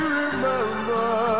remember